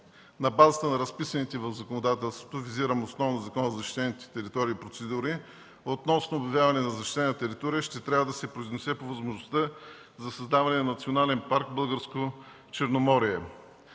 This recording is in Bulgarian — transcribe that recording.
на базата на разписаните в законодателството, визирам основно Закона за защитените територии, и процедури относно вземане на защитена територия, ще трябва да се произнесе по възможността за създаване на Национален парк „Българско Черноморие”.